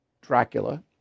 Dracula